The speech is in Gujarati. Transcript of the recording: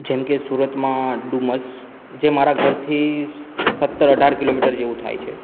જેમકે સુરતમાં ડુમસ જે મારા ઘરથી સત્તર અઢાર કિલોમીટર જેવું થાય છે